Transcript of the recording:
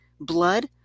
blood